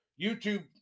YouTube